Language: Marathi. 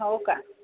हो का